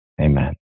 Amen